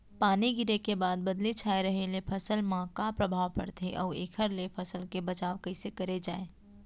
पानी गिरे के बाद बदली छाये रहे ले फसल मा का प्रभाव पड़थे अऊ एखर ले फसल के बचाव कइसे करे जाये?